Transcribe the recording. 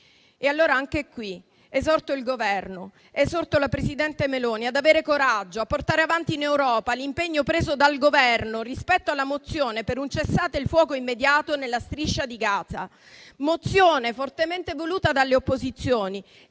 Allora, anche qui, esorto il Governo e la presidente Meloni ad avere coraggio, a portare avanti in Europa l'impegno preso dal Governo rispetto alla mozione per un cessate il fuoco immediato nella Striscia di Gaza. Si tratta di una mozione fortemente voluta dalle opposizioni